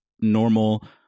normal